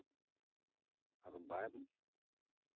ᱟᱫᱚ ᱵᱟᱢ